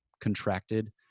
contracted